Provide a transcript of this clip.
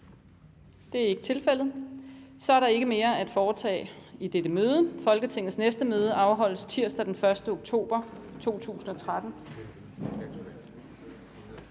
(Camilla Hersom): Der er ikke mere at foretage i dette møde. Folketingets næste møde afholdes tirsdag den 1. oktober 2013,